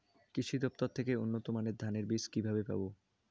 কৃষি দফতর থেকে উন্নত মানের ধানের বীজ কিভাবে পাব?